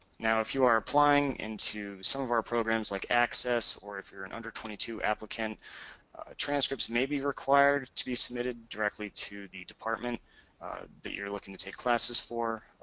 now, if you are applying into some of our programs like access or if you're an under twenty two applicant transcripts may be required to be submitted directly to the department that you're looking to take classes for.